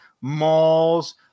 malls